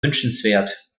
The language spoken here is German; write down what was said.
wünschenswert